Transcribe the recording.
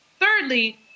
Thirdly